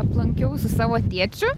aplankiau su savo tėčiu